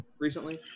recently